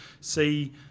see